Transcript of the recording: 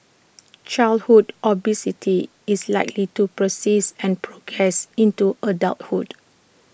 childhood obesity is likely to persist and progress into adulthood